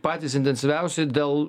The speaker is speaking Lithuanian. patys intensyviausi dėl